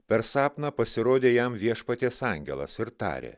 per sapną pasirodė jam viešpaties angelas ir tarė